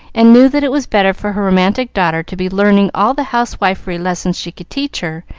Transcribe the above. and knew that it was better for her romantic daughter to be learning all the housewifery lessons she could teach her,